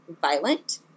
violent